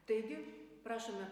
taigi prašome